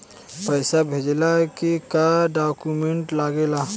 पैसा भेजला के का डॉक्यूमेंट लागेला?